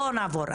בוא נעבור.